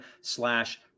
slash